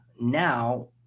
now